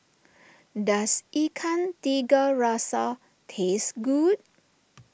does Ikan Tiga Rasa taste good